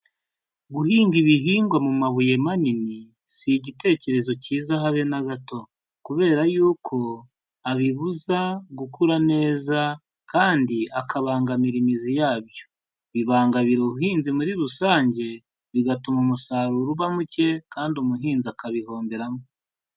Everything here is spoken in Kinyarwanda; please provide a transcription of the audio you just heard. Guhinga ibihingwa mu mabuye manini ,si igitekerezo kiza habe na gato, kubera yuko abibuza gukura neza, kandi akabangamira imizi yabyo, bibangamira ubuhinzi muri rusange, bigatuma umusaruro uba muke, kandi umuhinzi akabihomberamo.